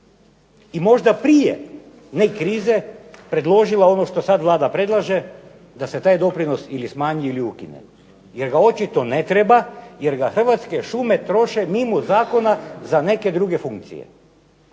I možda prije ne krize predložila ono što sad Vlada predlaže, da se taj doprinos ili smanji ili ukine, jer ga očito ne treba, jer ga Hrvatske šume troše mimo zakona za neke druge funkcije.